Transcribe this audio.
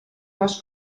les